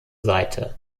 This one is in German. seite